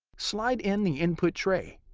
slide in the input tray.